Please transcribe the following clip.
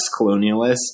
colonialist